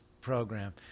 program